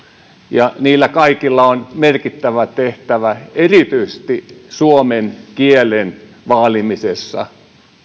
ja niillä kaikilla on merkittävä tehtävä erityisesti suomen kielen vaalimisessa